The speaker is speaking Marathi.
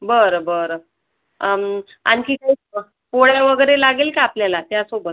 बरं बरं आणखी पोळ्या वगैरे लागेल का आपल्याला त्यासोबत